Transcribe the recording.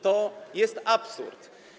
To jest absurd.